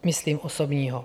Myslím osobního.